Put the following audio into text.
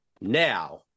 now